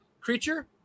Creature